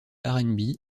rnb